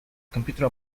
computer